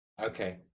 Okay